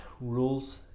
rules